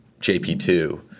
JP2